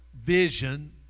vision